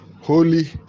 Holy